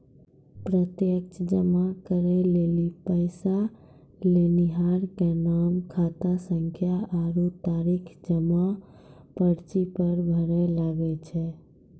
प्रत्यक्ष जमा करै लेली पैसा लेनिहार के नाम, खातासंख्या आरु तारीख जमा पर्ची पर भरै लागै छै